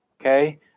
okay